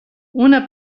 una